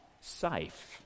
safe